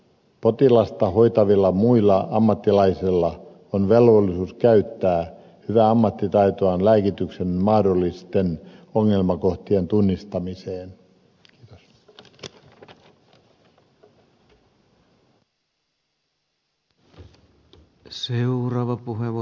potilasta hoitavilla muilla ammattilaisilla on velvollisuus käyttää hyvää ammattitaitoaan lääkityksen mahdollisten ongelmakohtien tunnistamiseen